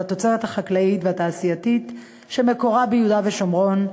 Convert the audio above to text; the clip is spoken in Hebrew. התוצרת החקלאית והתעשייתית שמקורה ביהודה ושומרון,